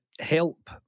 help